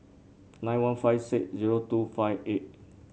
nine one five six zero two five eight